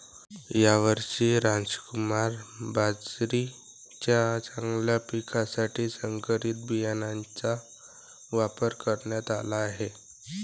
यावर्षी रामकुमार बाजरीच्या चांगल्या पिकासाठी संकरित बियाणांचा वापर करण्यात आला आहे